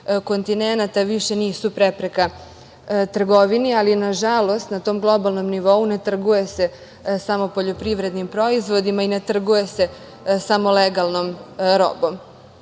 kontinenata više nisu prepreka trgovini, ali nažalost, na tom globalnom nivou ne trguje se samo poljoprivrednim proizvodima i ne trguje se samo legalnom